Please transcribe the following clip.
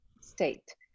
state